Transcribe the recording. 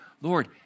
Lord